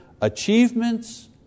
achievements